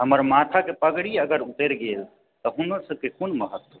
हमर माथक पगड़ी अगर उतरि गेल तऽ हमर सबके कोन महत्त्व